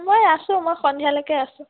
মই আছোঁ মই সন্ধিয়ালৈকে আছোঁ